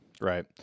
right